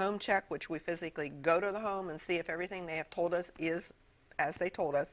home check which we physically go to the home and see if everything they have told us is as they told us